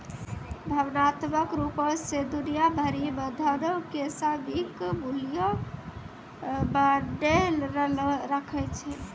भावनात्मक रुपो से दुनिया भरि मे धनो के सामयिक मूल्य मायने राखै छै